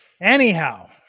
Anyhow